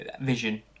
vision